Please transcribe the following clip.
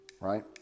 Right